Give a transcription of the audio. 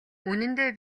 үнэндээ